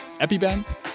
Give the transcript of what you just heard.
EpiBen